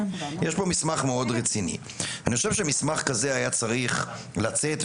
מסמך כזה היה צריך לצאת,